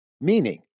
Meaning